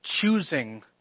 choosing